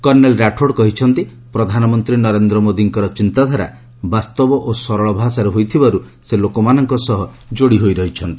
colonel Rathod କହିଛନ୍ତି' ପ୍ରଧାନମନ୍ତ୍ରୀ ନରେନ୍ଦ୍ର ମୋଦିଙ୍କର ଚିନ୍ତାଧାରା ବାସ୍ତବ ଓ ସରଳ ଭାଷାରେ ସେ ଲୋକମାନଙ୍କ ସହ ଯୋଡି ହୋଇ ରହିଛନ୍ତି